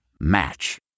match